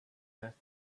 earth